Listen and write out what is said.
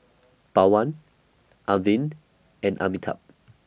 Pawan Arvind and Amitabh